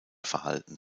verhalten